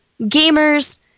gamers